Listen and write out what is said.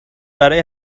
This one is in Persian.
برای